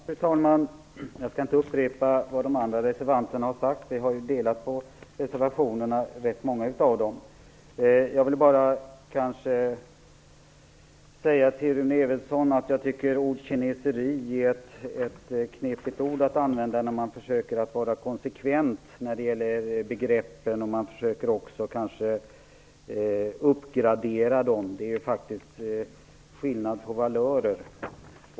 Fru talman! Jag skall inte upprepa vad de andra reservanterna har sagt. Rätt många av reservationerna är gemensamma. Jag vill bara till Rune Evensson säga att jag tycker att ordet kineseri är ett knepigt ord att använda när man försöker vara konsekvent när det gäller begreppen och försöker uppgradera dem. Det är skillnad på valörer.